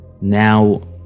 now